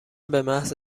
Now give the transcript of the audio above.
بمحض